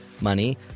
money